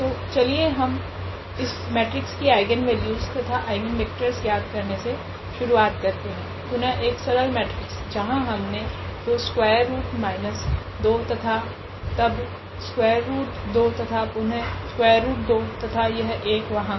तो चलिए इस मेट्रिक्स की आइगनवेल्यूस तथा आइगनवेक्टरस ज्ञात करने से शुरुआत करते है पुनः एक सरल मेट्रिक्स जहां हमने 2 स्कवेर रूट माइनस 2 तथा तब स्कवेर रूट 2 तथा पुनः स्कवेर रूट 2 तथा यह 1 वहाँ